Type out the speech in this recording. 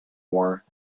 more